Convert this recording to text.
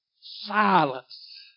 Silence